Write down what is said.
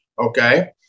okay